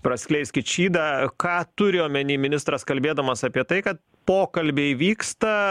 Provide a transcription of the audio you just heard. praskleiskit šydą ką turi omeny ministras kalbėdamas apie tai kad pokalbiai vyksta